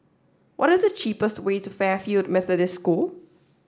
what is the cheapest way to Fairfield Methodist School